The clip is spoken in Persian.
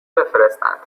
بفرستند